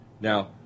Now